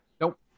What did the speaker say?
Nope